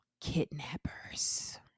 kidnappers